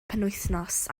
penwythnos